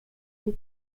die